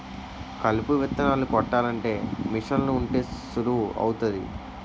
కలుపు విత్తనాలు కొట్టాలంటే మీసన్లు ఉంటే సులువు అవుతాది